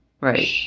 Right